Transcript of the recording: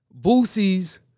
Boosie's